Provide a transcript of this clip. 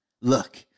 Look